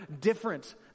different